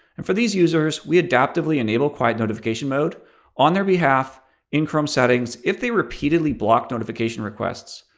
and for these users, we adaptively enable quiet notification mode on their behalf in chrome settings if they repeatedly blocked notification requests.